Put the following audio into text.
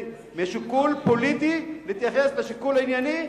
משיקול פוליטי ולהתייחס לשיקול הענייני,